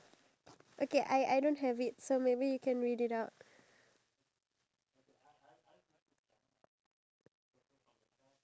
you know I actually have the opportunity to go all the way to harvard you know to pursue a music degree over there